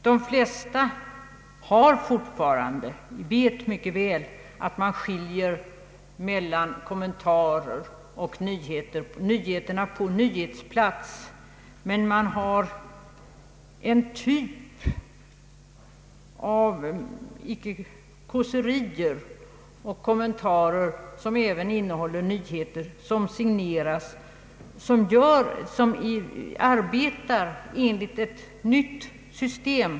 De flesta vet mycket väl att man skiljer mellan kommentarerna och nyheterna på nyhetsplats, men det finns en typ av kåserier och kommentarer som även innehåller nyheter och som signeras av dem som arbetar enligt detta system.